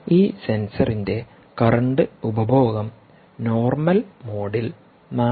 ഈ സെൻസറിന്റെ കറണ്ട് ഉപഭോഗം നോർമൽ മോഡിൽ 4